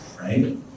Right